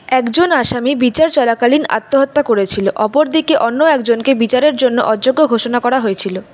একজন আসামী বিচার চলাকালীন আত্মহত্যা করেছিলো অপরদিকে অন্য একজনকে বিচারের জন্য অযোগ্য ঘোষণা করা হয়েছিলো